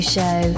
Show